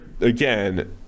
again